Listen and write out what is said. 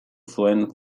zuen